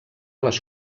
les